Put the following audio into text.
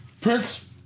Prince